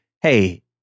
hey